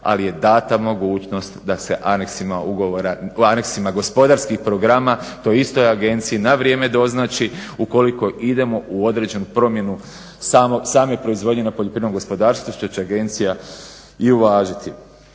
ali je dana mogućnost da se u aneksima gospodarskih programa toj istoj agenciji na vrijeme doznači ukoliko idemo u određenu promjenu same proizvodnje na poljoprivrednom gospodarstvu što će agencija i uvažiti.